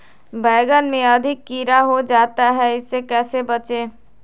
बैंगन में अधिक कीड़ा हो जाता हैं इससे कैसे बचे?